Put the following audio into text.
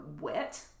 wet